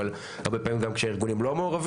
אבל הרבה פעמים גם כשהארגונים לא מעורבים,